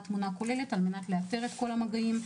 תמונה כוללת כדי לאתר את כל המגעים,